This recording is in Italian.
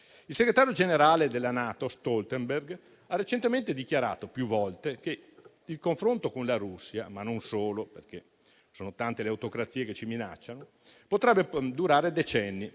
Il segretario generale della NATO Jens Stoltenberg ha recentemente più volte dichiarato che il confronto con la Russia (ma non solo, perché sono tante le autocrazie che ci minacciano) potrebbe durare decenni